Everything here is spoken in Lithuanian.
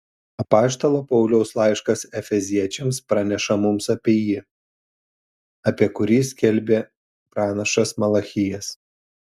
apaštalo pauliaus laiškas efeziečiams praneša mums apie jį apie kurį skelbė pranašas malachijas